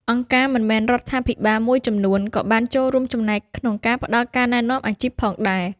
អង្គការមិនមែនរដ្ឋាភិបាលមួយចំនួនក៏បានចូលរួមចំណែកក្នុងការផ្តល់ការណែនាំអាជីពផងដែរ។